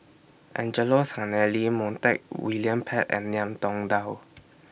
Angelo Sanelli Montague William Pett and Ngiam Tong Dow